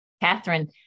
Catherine